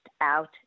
out